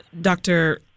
Doctor